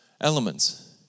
elements